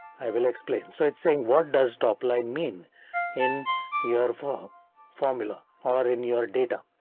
i will explain, so it's saying what does top line mean in your for formula or in your data?